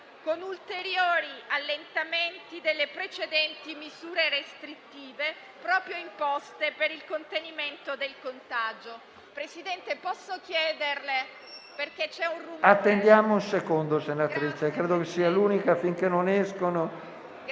con ulteriori allenamenti delle precedenti misure restrittive imposte proprio per il contenimento del contagio.